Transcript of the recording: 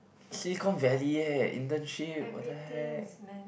Silicon Valley ya internship what the heck